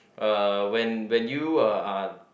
uh when when you uh